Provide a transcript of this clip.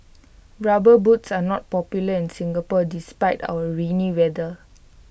rubber boots are not popular in Singapore despite our rainy weather